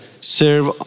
serve